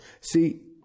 See